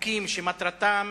חוקים שמטרתם